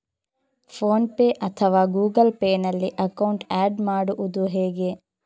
Phone pay ಅಥವಾ Google Pay ನಲ್ಲಿ account add ಮಾಡುವುದು ಹೇಗೆ?